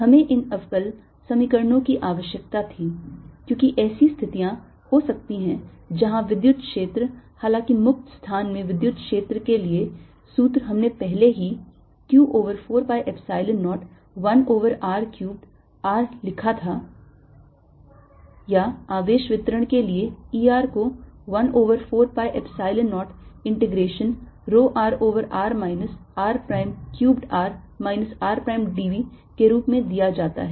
हमें इन अवकल समीकरणों की आवश्यकता थी क्योंकि ऐसी स्थितियां हो सकती हैं जहां विद्युत क्षेत्र हालांकि मुक्त स्थान में विद्युत क्षेत्र के लिए सूत्र हमने पहले ही q over 4 pi Epsilon 0 1 over r cubed r लिखा था या आवेश वितरण के लिए E r को 1 over 4 pi Epsilon 0 integration rho r over r minus r prime cubed r minus r prime d v prime के रूप में दिया जाता है